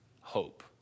hope